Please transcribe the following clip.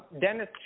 Dennis